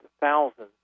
thousands